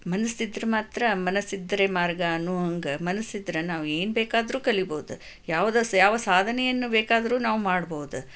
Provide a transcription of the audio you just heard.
ಮನಸ್ಸಿದ್ದರೆ ಮಾತ್ರ ಮನಸ್ಸಿದ್ದರೆ ಮಾರ್ಗ ಅನ್ನೋಹಾಗೆ ಮನಸ್ಸಿದ್ದರೆ ನಾವೇನು ಬೇಕಾದರೂ ಕಲಿಯಬಹುದು ಯಾವುದು ಸಾ ಯಾವ ಸಾಧನೆಯನ್ನು ಬೇಕಾದರೂ ನಾವು ಮಾಡಬಹುದು